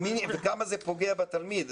כמה זה פוגע בתלמיד.